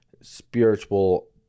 spiritual—